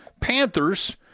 Panthers